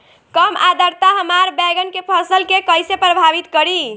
कम आद्रता हमार बैगन के फसल के कइसे प्रभावित करी?